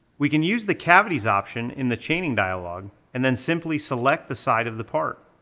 we can use the cavities option in the chaining dialogue and then simply select the side of the part.